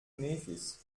nevis